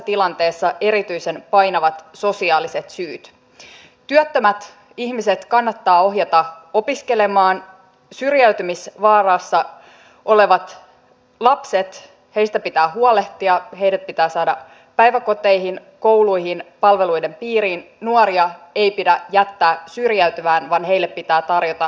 eli sillä tavalla te olette estäneet neuvotteluita pääsemästä loppuun neuvottelutulosta syntymästä koska ei ole ollut toisella osapuolella tässä tapauksessa työnantajaosapuolella intressiä sopia koska te ikään kuin toimitte siellä takana backupina nämä teidän pakkolakinne